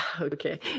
okay